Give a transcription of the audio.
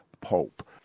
pope